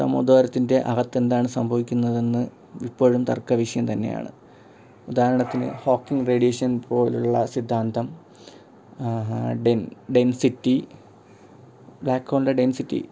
തമോദ്വാരത്തിൻ്റെ അകത്തെന്താണ് സംഭവിക്കുന്നതെന്ന് ഇപ്പോഴും തർക്ക വിഷയം തന്നെയാണ് ഉദാഹരണത്തിന് ഹോക്കിങ്ങ് റേഡിയേഷൻ പോലുള്ള സിദ്ധാന്തം ഡെൻ ഡെൻസിറ്റി ബ്ലാക്ക് ഹോളിൻ്റെ ഡെൻസിറ്റി